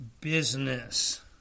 business